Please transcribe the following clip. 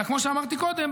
אלא כמו שאמרתי קודם,